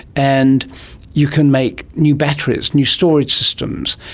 and you can make new batteries, new storage systems.